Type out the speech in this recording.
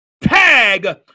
tag